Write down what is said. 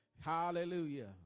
Hallelujah